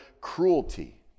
cruelty